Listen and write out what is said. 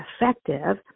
effective